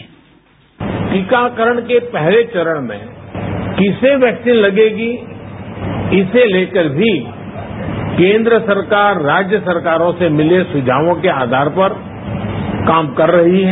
sound bite टीकाकरण के पहले चरण में किसे वैक्सीन लगेगी इसे लेकर भी केंद्र सरकार राज्य सरकारों से मिले सुझावों के आधार पर काम कर रही है